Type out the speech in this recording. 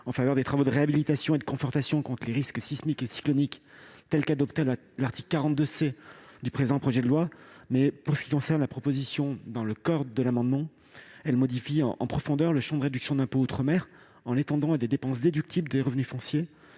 en faveur des travaux de réhabilitation et de confortation contre les risques sismiques et cycloniques, telle qu'adoptée à l'article 42 C du présent projet de loi. Or l'adoption de l'amendement aurait pour effet de modifier en profondeur le champ de réduction d'impôt outre-mer, en l'étendant à des dépenses déductibles des revenus fonciers,